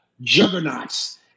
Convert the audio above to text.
juggernauts